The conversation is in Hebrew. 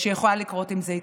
שיכולה לקרות אם זה יקרה.